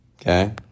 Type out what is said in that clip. Okay